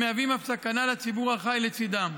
הם מהווים אף סכנה לציבור החי לצידם.